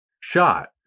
shot